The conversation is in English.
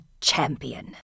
champion